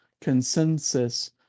consensus